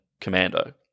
Commando